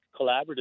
collaborative